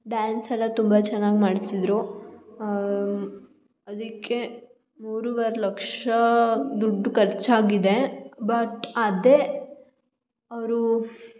dance ಎಲ್ಲ ತುಂಬ ಚೆನ್ನಾಗಿ ಮಾಡಿಸಿದ್ರು ಅದಕ್ಕೆ ಮೂರುವರೆ ಲಕ್ಷ ದುಡ್ಡು ಖರ್ಚಾಗಿದೆ ಬಟ್ ಅದೇ ಅವರು